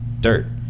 dirt